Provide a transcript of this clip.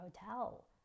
hotel